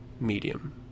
medium